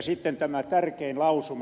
sitten tämä tärkein lausuma